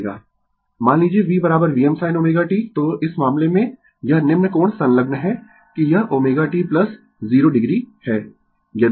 Refer Slide Time 0538 मान लीजिए V Vm sin ω t तो इस मामले में यह निम्न कोण संलग्न है कि यह ω t 0 o है